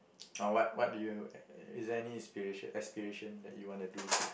or what what do you is there any aspiration aspiration that you wanna do